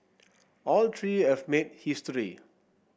all three have made history